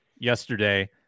yesterday